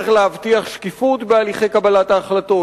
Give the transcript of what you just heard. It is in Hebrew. להבטיח שקיפות בהליכי קבלת ההחלטות,